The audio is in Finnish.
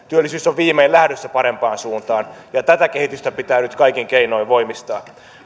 työllisyys on viimein lähdössä parempaan suuntaan ja tätä kehitystä pitää nyt kaikin keinoin voimistaa